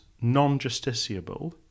non-justiciable